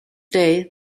day